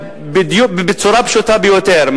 בצורה פשוטה ביותר,